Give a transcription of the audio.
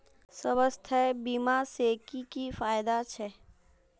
स्वास्थ्य बीमा से की की फायदा छे?